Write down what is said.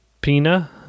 Pina